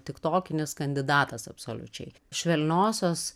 tiktokinis kandidatas absoliučiai švelniosios